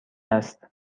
است